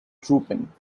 drooping